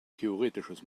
theoretisches